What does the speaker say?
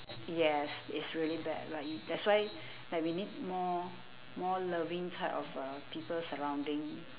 yes it's really bad like you that's why like we need more more loving type of uh people surrounding